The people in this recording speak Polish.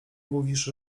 mówisz